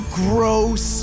gross